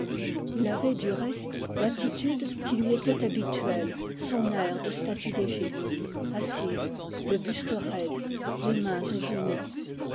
il avait du reste l'attitude qui lui était habituelle son air de statue d'égypte assise le buste raide les mains aux genoux